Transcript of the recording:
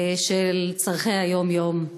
צורכי היום-יום.